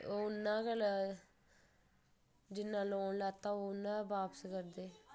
ओह् उन्ना गै जिन्ना लोन लैते दा होए उन्ना वापिस करदे